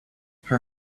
her